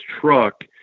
truck